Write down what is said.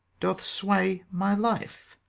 doth sway my life.